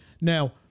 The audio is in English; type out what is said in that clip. Now